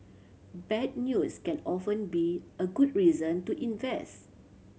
bad news can often be a good reason to invest